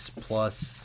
plus